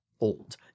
old